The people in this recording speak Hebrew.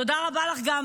תודה רבה גם לך,